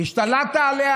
השתלטת עליה.